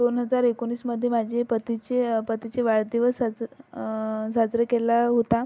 दोन हजार एकोणीसमध्ये माझे पतीचे पतीचे वाढदिवस साजरा साजरे केला होता